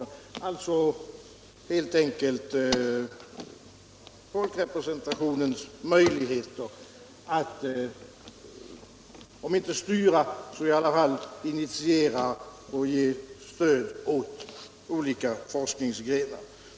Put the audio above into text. Utredningen behandlar alltså helt enkelt folkrepresentationens möjligheter att om inte styra så i alla fall initiera och ge stöd åt olika forskningsgrenar.